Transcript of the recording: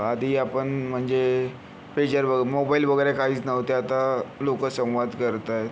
आधी आपण म्हणजे पेजर मोबाईल वगैरे काहीच नव्हते आता लोकं संवाद करत आहेत